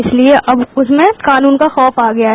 इसलिए अब उसमें कानून का खौफ आ गया है